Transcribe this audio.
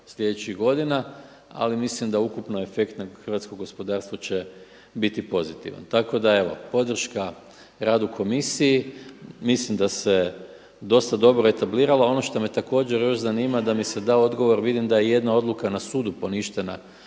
sljedećih godina, ali mislim da ukupno efekt na hrvatsko gospodarstvo će biti pozitivan. Tako da evo, podrška radu komisiji. Mislim da se dosta dobro etablirala. Ono što me također još zanima, da mi se da odgovor, vidim da je jedna odluka na sudu poništena